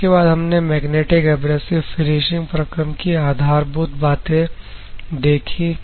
उसके बाद हमने मैग्नेटिक एब्रेसिव फिनिशिंग प्रक्रम की आधारभूत बातें देखें